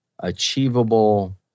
achievable